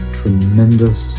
tremendous